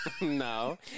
No